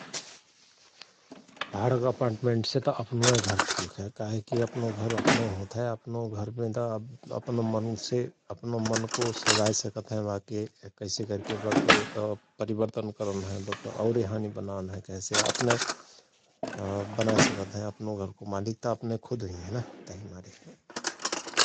भाडक अपाटमेन्ट से त अपनुअय घर ठिक हय का काहेकि अपनो घर अपनुए होत हए । अपनोघरमे त अपन मन्से अपनो मनको सजाए सकत हयं बाके कैसे करके बाके परिवर्तन करन हय बक औरे हानी बनान हय कहेसे अपनय बनाए सकत हय अपनो घरको मालिक त अपनय खुद हुइहएं ना तहि मारे ।